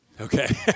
Okay